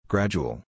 Gradual